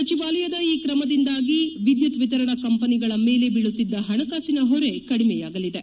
ಸಚಿವಾಲಯದ ಈ ಕ್ರಮದಿಂದ ವಿದ್ಯುತ್ ವಿತರಣಾ ಕಂಪನಿಗಳ ಮೇಲೆ ಬೀಳುತ್ತಿದ್ದ ಪಣಕಾಸಿನ ಹೊರೆ ಕಡಿಮೆಯಾಗಲಿದೆ